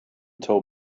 told